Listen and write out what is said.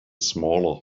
smaller